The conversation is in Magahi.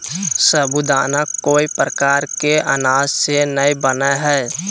साबूदाना कोय प्रकार के अनाज से नय बनय हइ